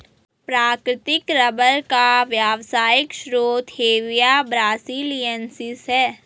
प्राकृतिक रबर का व्यावसायिक स्रोत हेविया ब्रासिलिएन्सिस है